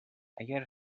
اگه